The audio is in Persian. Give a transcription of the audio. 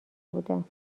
بودم